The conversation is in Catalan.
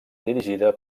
dirigida